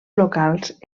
locals